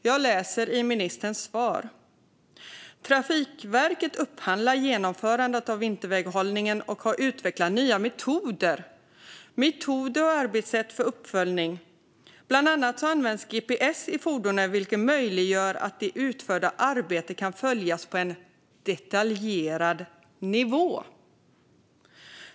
Jag citerar ur ministerns svar: "Trafikverket upphandlar genomförandet av vinterväghållningen och har utvecklat nya, moderna metoder och arbetssätt för uppföljning. Bland annat används numera gps i fordonen, vilket gör att det utförda arbetet kan följas på en detaljerad nivå."